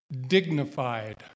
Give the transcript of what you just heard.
dignified